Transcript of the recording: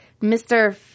Mr